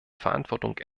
verantwortung